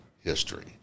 history